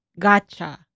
gacha